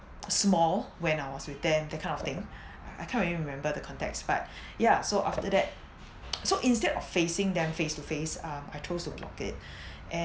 small when I was with them that kind of thing I can't really remember the context but yeah so after that so instead of facing them face to face uh I chose to blog it